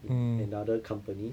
in another company